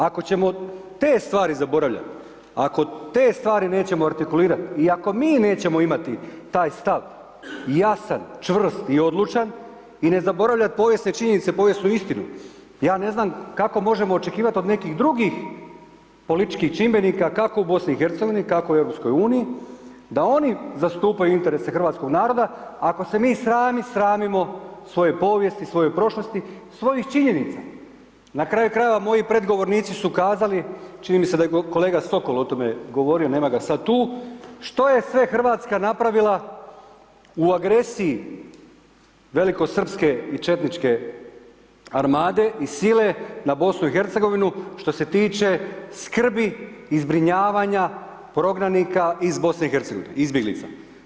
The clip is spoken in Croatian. Ako ćemo te stvari zaboravljati, ako te stvari nećemo artikulirati i ako mi nećemo imati taj stav ja sam čvrst i odlučan i ne zaboravljati povijesne činjenice, povijesnu istinu, ja ne znam kako možemo očekivati od nekih drugih političkih čimbenika, kako u BiH, tako i u EU, da oni zastupaju interese hrvatskog naroda, ako se mi sami sramimo svoje povijesti, svoje prošlosti, svojih činjenica, na kraju krajeva, moji predgovornici su kazali, čini mi se da je kolega Sokol o tome govorio, nema ga sad tu, što je sve RH napravila u agresiji velikosrpske i četničke armade i sile na BiH što se tiče skrbi i zbrinjavanja progranika iz BiH, izbjeglica.